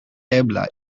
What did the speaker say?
ebla